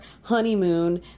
honeymoon